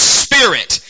spirit